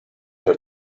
her